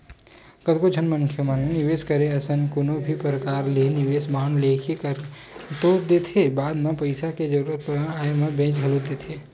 कतको झन मनखे मन निवेस करे असन कोनो भी परकार ले निवेस बांड लेके कर तो देथे बाद म पइसा के जरुरत आय म बेंच घलोक देथे